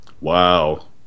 Wow